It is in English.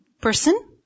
person